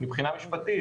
מבחינה משפטית.